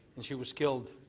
and she was killed.